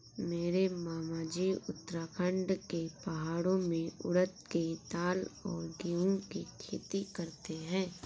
मेरे मामाजी उत्तराखंड के पहाड़ों में उड़द के दाल और गेहूं की खेती करते हैं